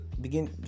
begin